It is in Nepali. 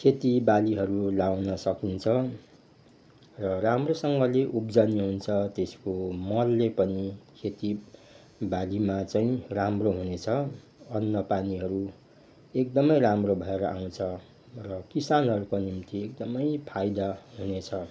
खेतीबालीहरू लाउन सकिन्छ र राम्रोसँगले उब्जनी हुन्छ त्यसको मलले पनि खेतीबालीमा चाहिँ राम्रो हुनेछ अन्नपानीहरू एकदमै राम्रो भएर आउँछ र किसानहरूको निम्ति एकदमै फाइदा हुनेछ